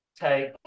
take